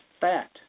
fat